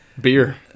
Beer